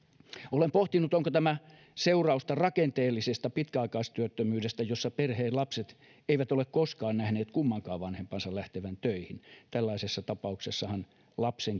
olen pohtinut onko tämä seurausta rakenteellisesta pitkäaikaistyöttömyydestä jossa perheen lapset eivät ole koskaan nähneet kummankaan vanhempansa lähtevän töihin tällaisessa tapauksessahan lapsen